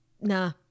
Nah